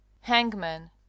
Hangman